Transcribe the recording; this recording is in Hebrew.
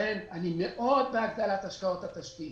אני מאוד בעד הגדלת השקעות תשתית,